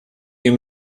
you